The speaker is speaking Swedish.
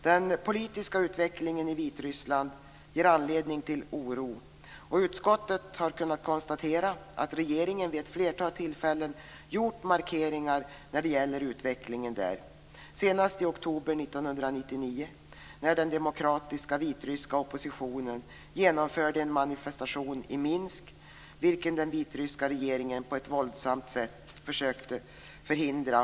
Den politiska utvecklingen i Vitryssland ger anledning till oro. Utskottet har kunnat konstatera att regeringen vid ett flertal tillfällen gjort markeringar när det gäller utvecklingen där, senast i oktober 1999 när den demokratiska vitryska oppositionen genomförde en manifestation i Minsk, vilken den vitryska regeringen på ett våldsamt sätt försökte förhindra.